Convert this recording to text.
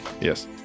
yes